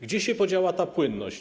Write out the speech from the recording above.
Gdzie się podziała ta płynność?